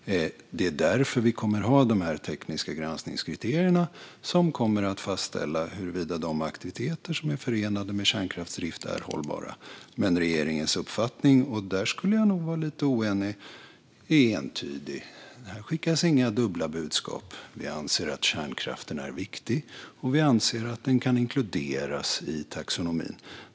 Det är därför vi kommer att ha de här tekniska granskningskriterierna, som kommer att fastställa huruvida de aktiviteter som är förenade med kärnkraftsdrift är hållbara. Men regeringens uppfattning är entydig. Där skulle jag nog vara lite oenig. Här skickas inga dubbla budskap. Vi anser att kärnkraften är viktig, och vi anser att den kan inkluderas i taxonomin.